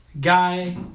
guy